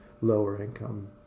lower-income